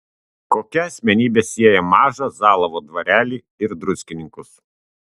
kokia asmenybė sieja mažą zalavo dvarelį ir druskininkus